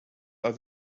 are